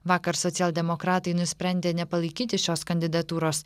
vakar socialdemokratai nusprendė nepalaikyti šios kandidatūros